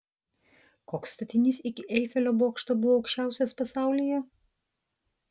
koks statinys iki eifelio bokšto buvo aukščiausias pasaulyje